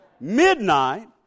Midnight